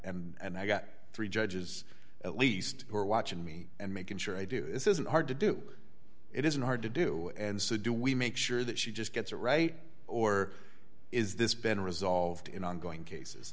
and i got three judges at least are watching me and making sure i do this isn't hard to do it isn't hard to do and so do we make sure that she just gets it right or is this been resolved in ongoing cases